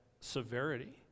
severity